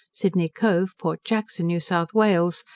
sydney cove, port jackson, new south wales,